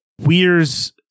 Weir's